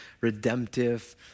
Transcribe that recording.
redemptive